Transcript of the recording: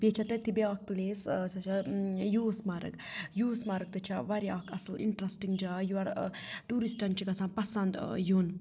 بیٚیہِ چھےٚ تَتھی بیٛاکھ پٕلیس سۄ چھےٚ یوٗس مَرٕگ یوٗس مَرٕگ تہِ چھےٚ واریاہ اَکھ اَصٕل اِنٹرٛسٹِنٛگ جاے یورٕ ٹوٗرِسٹَن چھِ گَژھان پَسَنٛد یُن